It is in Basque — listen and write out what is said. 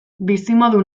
bizimodu